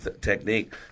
technique